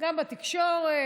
גם בתקשורת,